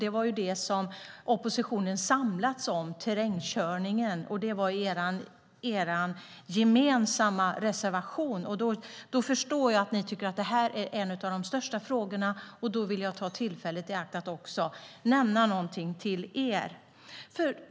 Terrängkörningen är det som ni i oppositionen har samlats kring. Det är det som er gemensamma reservation handlar om. Då förstår jag att ni tycker att det är en av de största frågorna. Då vill jag ta tillfället i akt att säga något till er.